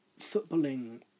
footballing